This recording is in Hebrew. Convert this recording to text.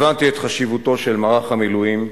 הבנתי את חשיבותו של מערך המילואים,